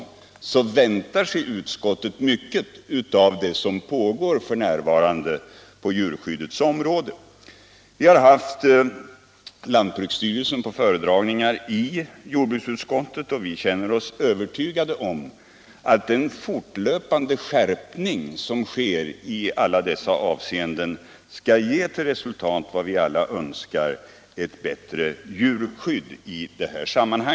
Tvärtom väntar sig utskottet mycket av det arbete som pågår f. n. på djurskyddets område. Vi har haft lantbruksstyrelsen på föredragningar i jordbruksutskottet, och vi känner oss övertygade om att den fortlöpande skärpning som sker i alla avseenden skall ge till resultat vad vi alla önskar i det här sammanhanget: ett bättre djurskydd.